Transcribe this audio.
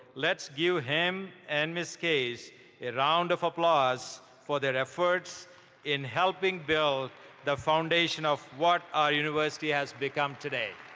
let's give him and ms. case a round of applause for their efforts in helping build the foundation of what our university has become today.